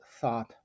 thought